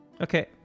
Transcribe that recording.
Okay